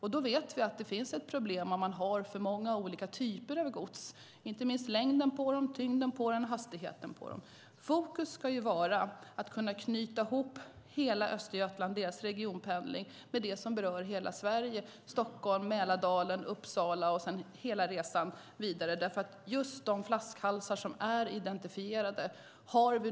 Vi vet att det finns ett problem om man har för många olika typer av gods. Det gäller inte minst längden, tyngden och hastigheten. Fokus ska vara att kunna knyta ihop hela Östergötland och dess regionpendling med det som berör hela Sverige - Stockholm, Mälardalen, Uppsala och hela resan vidare. Det handlar om de flaskhalsar som är identifierade.